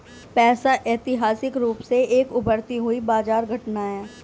पैसा ऐतिहासिक रूप से एक उभरती हुई बाजार घटना है